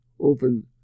open